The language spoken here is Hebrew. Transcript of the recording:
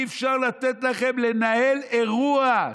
אי-אפשר לתת לכם לנהל אירוע.